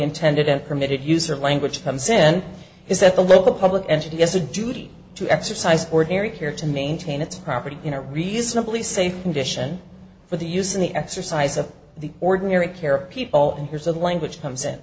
intended and permitted use of language comes in is that the local public entity has a duty to exercise ordinary care to maintain its property in a reasonably safe condition for the use in the exercise of the ordinary care people and here's the language comes in